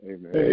Amen